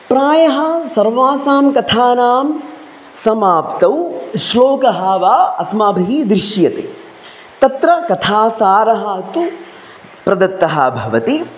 प्रायः सर्वासां कथानां समाप्तौ श्लोकः वा अस्माभिः दृश्यते तत्र कथासारः तु प्रदत्तः भवति